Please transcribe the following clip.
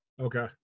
Okay